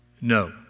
No